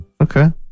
Okay